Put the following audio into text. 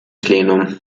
plenum